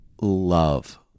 love